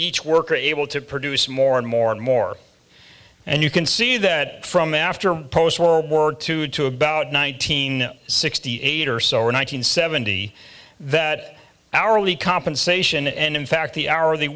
each worker able to produce more and more and more and you can see that from after post world war two to about nineteen sixty eight or so or nine hundred seventy that hourly compensation and in fact the hour